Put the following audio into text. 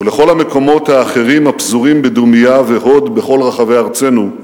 ולכל המקומות האחרים הפזורים בדומייה והוד בכל רחבי ארצנו,